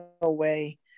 away